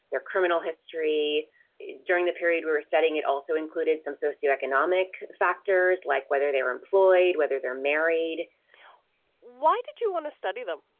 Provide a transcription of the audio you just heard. their criminal history during the period we're studying it also included some socioeconomic factors like whether they were employed, whether they're married why did you want to study them?